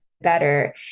better